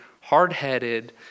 hard-headed